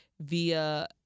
via